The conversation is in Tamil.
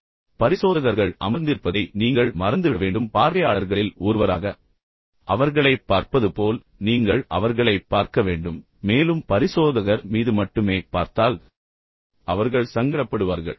உண்மையில் பரிசோதகர்கள் அமர்ந்திருப்பதை நீங்கள் உண்மையில் மறந்துவிட வேண்டும் பார்வையாளர்களில் ஒருவராக அவர்களைப் பார்ப்பது போல் நீங்கள் அவர்களைப் பார்க்க வேண்டும் மேலும் பரிசோதகர் மீது மட்டுமே பார்த்தால் அவர்கள் சங்கடப்படுவார்கள்